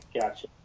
Gotcha